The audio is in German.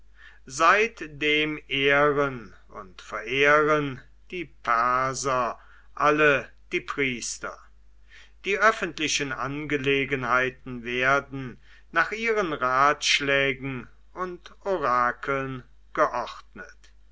seitdem ehren und verehren die perser alle die priester die öffentlichen angelegenheiten werden nach ihren ratschlägen und orakeln geordnet